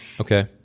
Okay